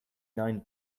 nine